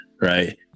right